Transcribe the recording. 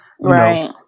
right